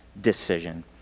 decision